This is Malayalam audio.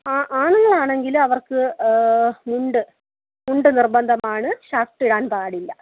ആ ആണുങ്ങളാണെങ്കിൽ അവർക്ക് മുണ്ട് മുണ്ട് നിർബന്ധമാണ് ഷർട്ടിടാൻ പാടില്ല